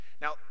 Now